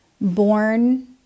born